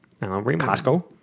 Costco